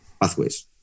pathways